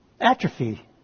atrophy